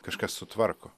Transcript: kažkas sutvarko